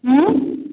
ह्म्म